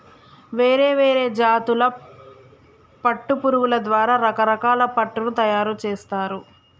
వేరే వేరే జాతుల పట్టు పురుగుల ద్వారా రకరకాల పట్టును తయారుచేస్తారు